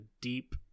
deep